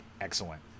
excellent